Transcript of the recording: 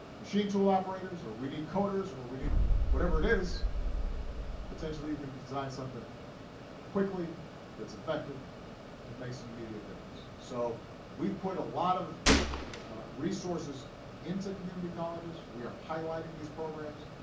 machine tool operators, or we need coders, or we need whatever it is potentially, you can design something quickly that's effective and makes an immediate difference. so we've put a lot of resources into community colleges. we are highlighting these programs,